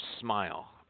Smile